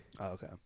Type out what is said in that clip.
okay